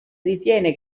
ritiene